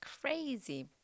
crazy